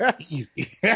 Easy